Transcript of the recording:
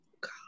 God